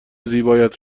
زیبایت